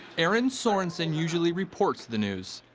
erin sorensen usually reports the news,